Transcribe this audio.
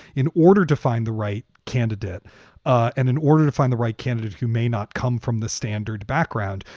in order to find the right candidate and in order to find the right candidate who may not come from the standard background,